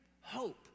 hope